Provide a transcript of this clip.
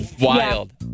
wild